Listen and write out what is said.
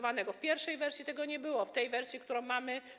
W pierwszej wersji tego nie było, w wersji, którą mamy.